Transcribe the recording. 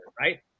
right